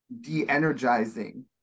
de-energizing